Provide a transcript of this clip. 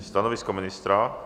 Stanovisko ministra?